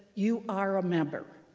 you are a member.